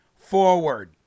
forward